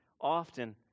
often